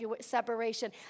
separation